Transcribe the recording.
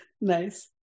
Nice